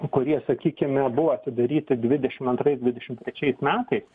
kurie sakykime buvo atidaryti dvidešim antrais dvidešim trečiais metais